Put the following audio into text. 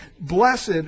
blessed